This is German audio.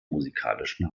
musikalischen